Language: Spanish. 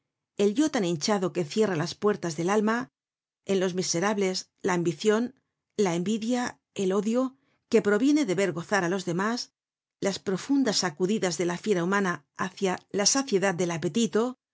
el yo tan hinchado que cierra las puertas del alma en los miserables la ambicion la envidia el odio que proviene de ver gozar á los demás las profundas sacudidas de la fiera humana hácia la saciedad del apetito